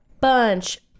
bunch